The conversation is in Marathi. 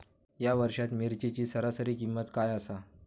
या वर्षात मिरचीची सरासरी किंमत काय आसा?